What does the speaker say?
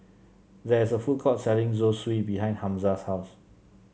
there is a food court selling Zosui behind Hamza's house